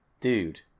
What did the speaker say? Dude